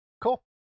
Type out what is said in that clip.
cool